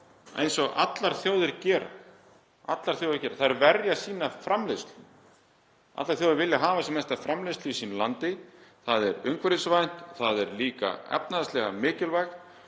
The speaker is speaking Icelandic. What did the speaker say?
eins og allar þjóðir gera, þær verja sína framleiðslu. Allar þjóðir vilja hafa sem mesta framleiðslu í sínu landi. Það er umhverfisvænt, það er líka efnahagslega mikilvægt.